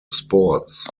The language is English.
sports